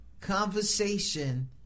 conversation